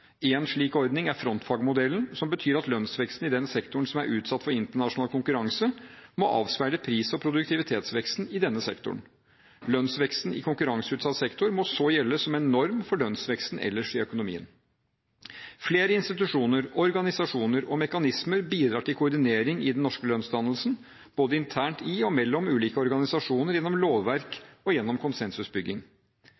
slik ordning er frontfagmodellen, som betyr at lønnsveksten i den sektoren som er utsatt for internasjonal konkurranse, må avspeile pris- og produktivitetsveksten i denne sektoren. Lønnsveksten i konkurranseutsatt sektor må så gjelde som en norm for lønnsveksten ellers i økonomien. Flere institusjoner, organisasjoner og mekanismer bidrar til koordinering i den norske lønnsdannelsen, både internt i og mellom ulike organisasjoner, gjennom lovverk